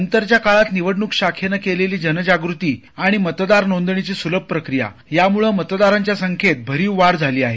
नंतरच्या काळात निवडण्क शाखेनं केलेली जन जागृती आणि मतदार नोंदणीची सुलभप्रक्रिया यामुळं मतदारांच्या संख्येत भरीव वाढ झाली आहे